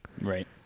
Right